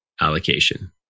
allocation